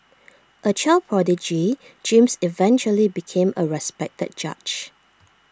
A child prodigy James eventually became A respected judge